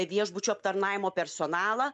viešbučio aptarnavimo personalą